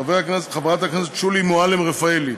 חברת הכנסת שולי מועלם-רפאלי,